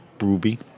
ruby